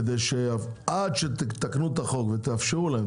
כדי שעד שתתקנו את החוק ותאפשרו להם,